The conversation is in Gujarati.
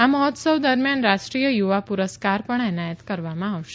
આ મહોત્સવ દરમિયાન રાષ્ટ્રીય યુવા પુરસ્કાર પણ એનાયત કરવામાં આવશે